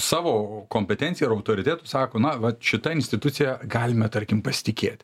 savo kompetencija ir autoritetu sako na vat šita institucija galime tarkim pasitikėt